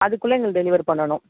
அதுக்குள்ளே எங்களுக்கு டெலிவர் பண்ணனும்